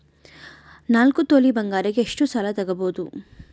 ನಾಲ್ಕು ತೊಲಿ ಬಂಗಾರಕ್ಕೆ ಎಷ್ಟು ಸಾಲ ತಗಬೋದು?